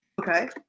okay